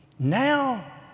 Now